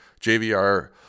JVR